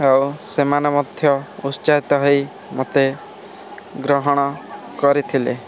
ଆଉ ସେମାନେ ମଧ୍ୟ ଉତ୍ସାହିତ ହୋଇ ମୋତେ ଗ୍ରହଣ କରିଥିଲେ